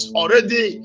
already